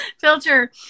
Filter